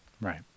right